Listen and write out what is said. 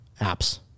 apps